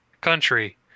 country